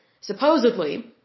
supposedly